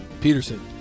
peterson